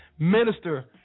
Minister